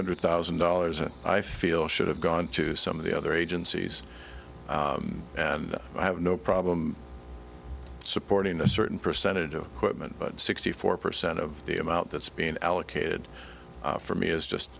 hundred thousand dollars it i feel should have gone to some of the other agencies and i have no problem supporting a certain percentage of quitman but sixty four percent of the amount that's been allocated for me is just